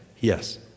Yes